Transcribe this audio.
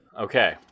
Okay